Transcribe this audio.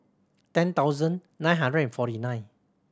ten thousand nine hundred and forty nine